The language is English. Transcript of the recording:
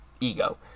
ego